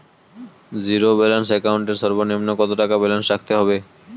Zero balance account এর সর্বনিম্ন কত টাকা ব্যালেন্স রাখতে হবে?